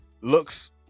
looks